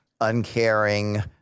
uncaring